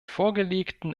vorgelegten